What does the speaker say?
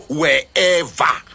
wherever